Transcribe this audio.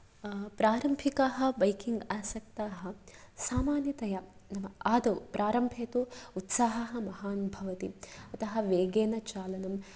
प्रारम्भिकाः बैकिङ्ग् आसक्ताः सामान्यतया आदौ प्रारम्भिके उत्साहः महान् भवति अतः वेगेन चालनम्